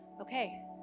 okay